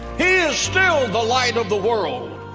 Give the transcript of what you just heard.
he is still the light of the world.